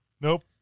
nope